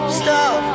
stop